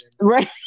Right